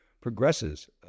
progresses